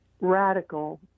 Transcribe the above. radical